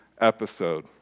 episode